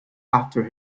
after